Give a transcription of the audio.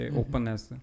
openness